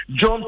John